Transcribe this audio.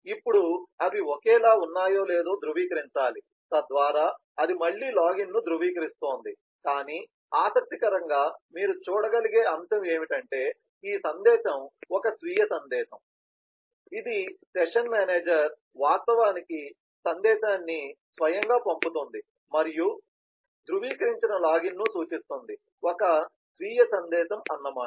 ఇప్పుడు అవి ఒకేలా ఉన్నాయో లేదో ధృవీకరించాలి తద్వారా అది మళ్ళీ లాగిన్ను ధృవీకరిస్తోంది కానీ ఆసక్తికరంగా మీరు చూడగలిగే అంశం ఏమిటంటే ఈ సందేశం ఒక స్వీయ సందేశం ఇది సెషన్ మేనేజర్ వాస్తవానికి సందేశాన్ని స్వయంగా పంపుతుంది మరియు ఈ చిన్నది ధృవీకరించిన లాగిన్ను సూచిస్తుంది ఒక స్వీయ సందేశం అన్న మాట